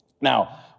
Now